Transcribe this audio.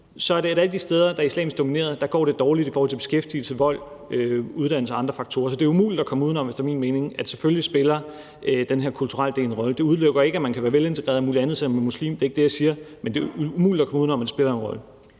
går dårligt de steder, der er islamisk domineret, i forhold til beskæftigelse, vold, uddannelse og andre faktorer. Så det er efter min mening umuligt at komme uden om, at den her kulturelle del selvfølgelig spiller en rolle. Det udelukker ikke, at man kan være velintegreret og alt muligt andet, selv om man er muslim; det er ikke det, jeg siger. Men det er umuligt at komme uden om, at det spiller en rolle.